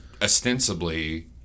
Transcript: ostensibly